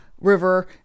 river